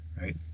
right